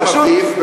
גם אביו,